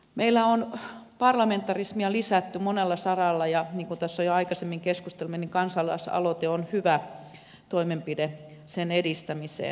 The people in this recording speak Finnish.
meillä on parlamentarismia lisätty monella saralla ja niin kuin tässä jo aikaisemmin keskustelimme kansalaisaloite on hyvä toimenpide sen edistämiseen